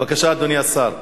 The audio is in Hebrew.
בבקשה, אדוני השר.